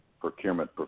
procurement